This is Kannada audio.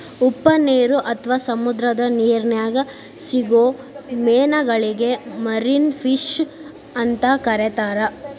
ಉಪ್ಪನೇರು ಅತ್ವಾ ಸಮುದ್ರದ ನಿರ್ನ್ಯಾಗ್ ಸಿಗೋ ಮೇನಗಳಿಗೆ ಮರಿನ್ ಫಿಶ್ ಅಂತ ಕರೇತಾರ